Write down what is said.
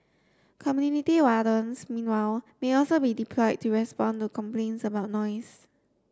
community wardens meanwhile may also be deployed to respond to complaints about noise